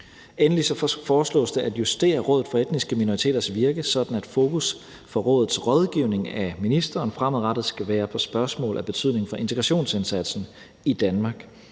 Endelig foreslås det at justere Rådet for Etniske Minoriteters virke, sådan at fokus for rådets rådgivning af ministeren fremadrettet skal være på spørgsmål af betydning for integrationsindsatsen i Danmark